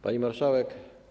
Pani Marszałek!